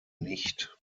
nicht